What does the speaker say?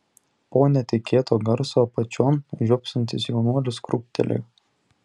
po netikėto garso apačion žiopsantis jaunuolis krūptelėjo